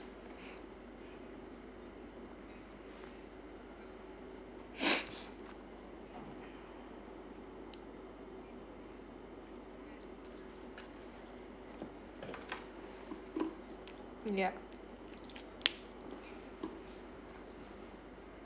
yeah